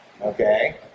okay